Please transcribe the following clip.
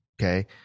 okay